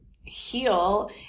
heal